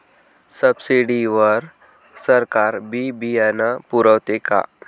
Subsidy वर सरकार बी बियानं पुरवते का?